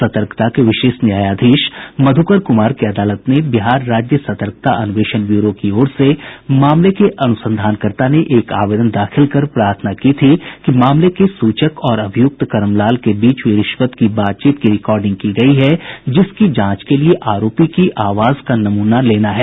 सतर्कता के विशेष न्यायाधीश मधुकर कुमार की अदालत में बिहार राज्य सतर्कता अन्वेषण ब्यूरो की ओर से मामले के अनुसंधानकर्ता ने एक आवेदन दाखिल कर प्रार्थना की थी कि मामले के सूचक और अभियुक्त करमलाल के बीच हुई रिश्वत की बातचीत की रिकॉर्डिंग की गई है जिसकी जांच के लिए आरोपी की आवाज का नमूना लेना है